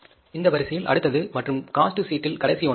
இந்த வரிசையில் அடுத்தது மற்றும் காஸ்ட் சீட்டில் கடைசி ஒன்றாகும்